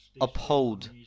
uphold